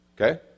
Okay